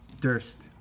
Durst